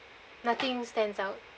nothing stands out